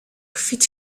fit